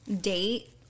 date